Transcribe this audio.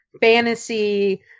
fantasy